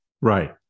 Right